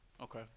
Okay